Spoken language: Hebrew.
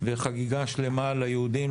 וחגיגה שלמה ליהודים,